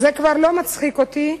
זה כבר לא מצחיק אותי.